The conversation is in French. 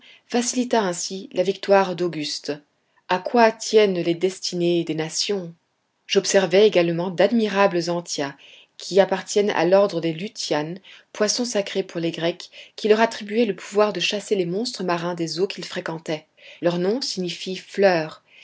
facilita ainsi la victoire d'auguste a quoi tiennent les destinées des nations j'observai également d'admirables anthias qui appartiennent à l'ordre des lutjans poissons sacrés pour les grecs qui leur attribuaient le pouvoir de chasser les monstres marins des eaux qu'ils fréquentaient leur nom signifie fleur